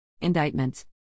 Indictments